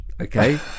okay